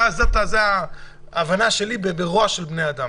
זאת ההבנה שלי ברוע של בני אדם.